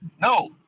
No